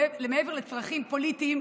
מעבר לצרכים פוליטיים,